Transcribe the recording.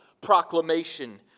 proclamation